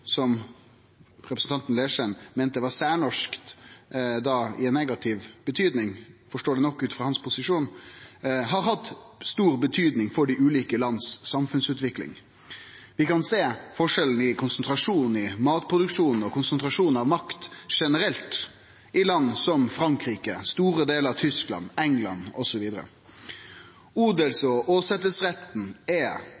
som representanten Leirstein meinte var særnorsk, da i negativ betyding, forståeleg nok, ut frå posisjonen hans – har hatt stor betyding for samfunnsutviklinga til dei ulike landa. Vi kan sjå forskjellen i konsentrasjonen av matproduksjon og i konsentrasjonen av makt generelt i land som Frankrike, store delar av Tyskland, England osv. Odels-